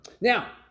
Now